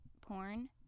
Porn